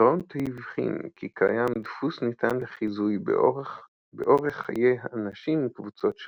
גראונט הבחין כי קיים דפוס ניתן לחיזוי באורך חיי אנשים מקבוצות שונות.